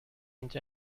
into